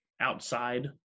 outside